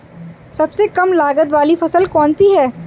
सबसे कम लागत वाली फसल कौन सी है?